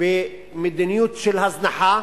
מדיניות של הזנחה,